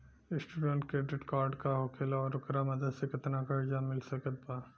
Student credit card का होखेला और ओकरा मदद से केतना कर्जा मिल सकत बा?